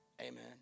Amen